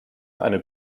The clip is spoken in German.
eine